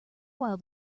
while